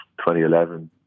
2011